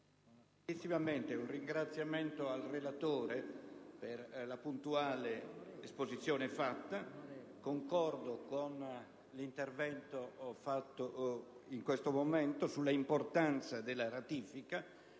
Presidente, ringrazio il relatore per la puntuale esposizione. Concordo con l'intervento fatto in questo momento sull'importanza della ratifica,